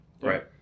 Right